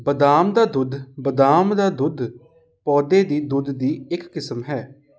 ਬਦਾਮ ਦਾ ਦੁੱਧ ਬਦਾਮ ਦਾ ਦੁੱਧ ਪੌਦੇ ਦੇ ਦੁੱਧ ਦੀ ਇੱਕ ਕਿਸਮ ਹੈ